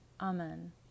Amen